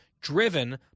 driven